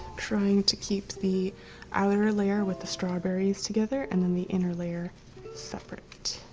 trying to keep the outer layer with the strawberries together and then the inner layer separate.